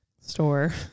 store